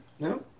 No